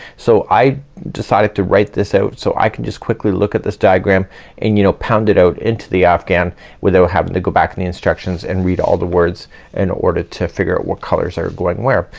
so i decided to write this out so i can just quickly look at this diagram and you know pound it out into the afghan without having to go back in the instructions and read all the words in order to figure out what colors are go ahead and where.